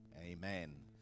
amen